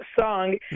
song